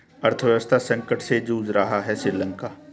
अर्थव्यवस्था संकट से जूझ रहा हैं श्रीलंका